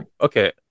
Okay